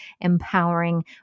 empowering